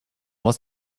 was